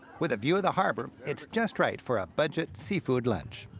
with a view of the harbor, it's just right for a budget seafood lunch.